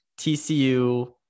tcu